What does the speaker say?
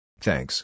Thanks